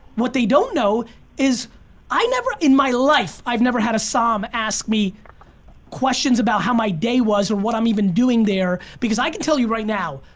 what they don't know is i never in my life, i've never had a som ask me questions about how my day was or what i'm even doing there because i can tell you right now,